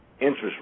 interest